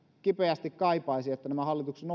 kipeästi kaipaisi että nämä hallituksen